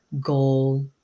goal